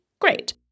great